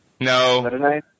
No